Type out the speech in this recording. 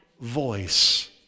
voice